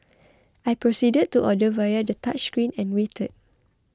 I proceeded to order via the touchscreen and waited